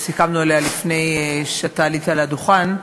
סיכמנו עליה לפני שעלית לדוכן,